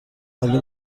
ولی